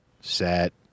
set